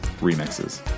remixes